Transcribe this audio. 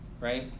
right